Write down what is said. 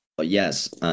Yes